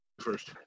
first